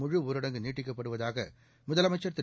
முழுஊரடங்கு நீட்டிக்கப்படுவதாக முதலமைச்சர் திரு